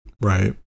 right